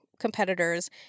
competitors